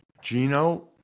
Gino